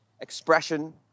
expression